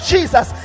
Jesus